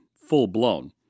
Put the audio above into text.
full-blown